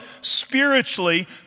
spiritually